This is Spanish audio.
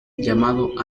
llamado